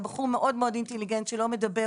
בחור מאוד מאוד אינטליגנט, שלא מדבר.